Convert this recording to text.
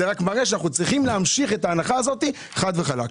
זה רק מראה שאנחנו צריכים את ההנחה הזאת חד וחלק.